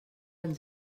ens